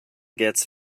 gets